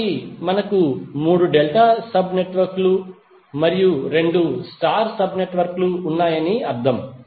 కాబట్టి మనకు 3 delta subnetwork లు మరియు 2 స్టార్ సబ్ నెట్వర్క్ లు ఉన్నాయని అర్థం